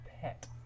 pet